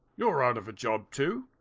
you're out of a job too?